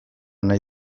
nahi